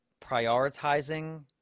prioritizing